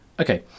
Okay